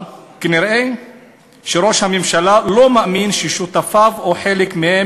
אבל ראש הממשלה כנראה לא מאמין ששותפיו או חלק מהם